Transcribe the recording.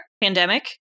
Pandemic